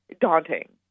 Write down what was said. daunting